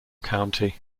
county